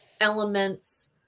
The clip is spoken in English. elements